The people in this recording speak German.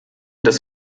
des